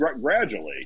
gradually